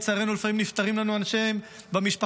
לצערנו לפעמים נפטרים לנו אנשים במשפחה,